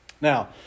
Now